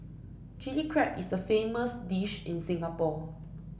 Chilli Crab is a famous dish in Singapore